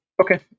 Okay